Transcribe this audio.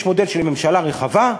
יש מודל של ממשלה רחבה,